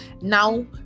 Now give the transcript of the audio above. Now